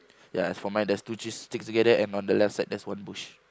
ya as for mine there's two trees stick together and on the left side there's one bush